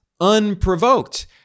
unprovoked